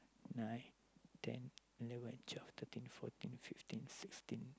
nine ten eleven twelve thirteen fourteen fifteen sixteen